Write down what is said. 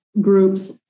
groups